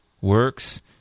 works